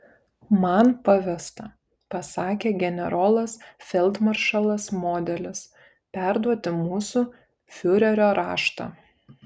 man pavesta pasakė generolas feldmaršalas modelis perduoti mūsų fiurerio raštą